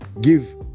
Give